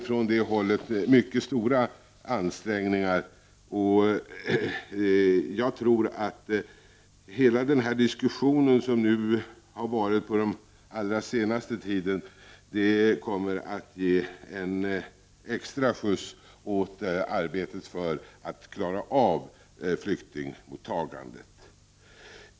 Från det hållet görs mycket stora ansträngningar. Men jag tror att den diskussion som har förts under den allra senaste tiden kommer att innebära en extraskjuts för arbetet med att klara av flyktingmottagandet.